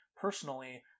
personally